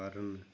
ਕਰਨ